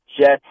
Jets